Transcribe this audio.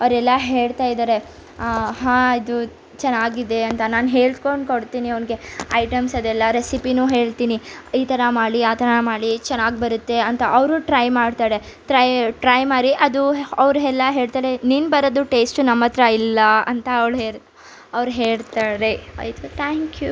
ಅವ್ರೆಲ್ಲ ಹೇಳ್ತಾಯಿದ್ದಾರೆ ಹಾಂ ಇದು ಚೆನ್ನಾಗಿದೆ ಅಂತ ನಾನು ಹೇಳ್ಕೊಂಡು ಕೊಡ್ತೀನಿ ಅವನಿಗೆ ಐಟೆಮ್ಸ್ ಅದೆಲ್ಲ ರೆಸಿಪಿಯೂ ಹೇಳ್ತೀನಿ ಈ ಥರ ಮಾಡಿ ಆ ಥರ ಮಾಡಿ ಚೆನ್ನಾಗಿ ಬರುತ್ತೆ ಅಂತ ಅವರೂ ಟ್ರೈ ಮಾಡ್ತಾರೆ ಟ್ರೈ ಟ್ರೈ ಮಾಡಿ ಅದು ಅವರು ಎಲ್ಲ ಹೇಳ್ತಾರೆ ನಿಮ್ಮ ಬರೋದು ಟೇಸ್ಟು ನಮ್ಮ ಹತ್ರ ಇಲ್ಲ ಅಂತ ಅವಳು ಹೇರ್ ಅವ್ರು ಹೇಳ್ತಾರೆ ಆಯಿತು ಥ್ಯಾಂಕ್ ಯೂ